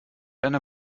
einer